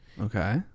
Okay